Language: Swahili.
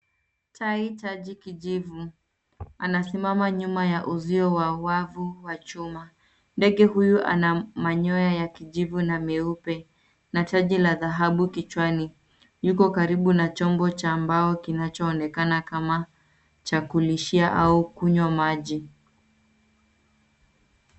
Tai taji kijivu. Anasimama nyuma ya uzio wa wavu wa chuma. Ndege huyu ana manyoya ya kijivu na meupe na taji la dhahabu kichwani. Yuko karibu na chombo cha mbao kinachoonekana kama cha kulishia au kunywa maji.